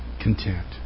content